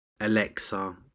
Alexa